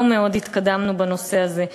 לא מאוד התקדמנו בנושא הזה.